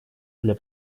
для